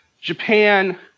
Japan